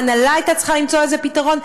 ההנהלה הייתה צריכה למצוא לזה פתרון,